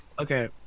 Okay